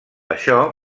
això